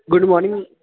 good morning